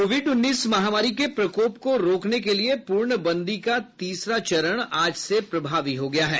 Covid उन्नीस महामारी के प्रकोप को रोकने के लिए पूर्णबंदी का तीसरा चरण आज से प्रभावी हो गया है